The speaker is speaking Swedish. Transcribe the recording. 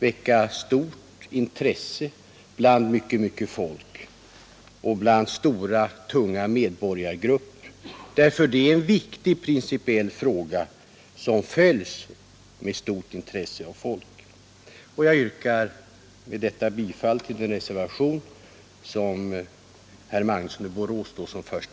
väcka stort intresse hos tunga medborgargrupper. Det gäller en viktig, principiell fråga. Jag yrkar med detta bifall till reservationen av herr Magnusson i Borås m.fl.